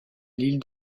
l’île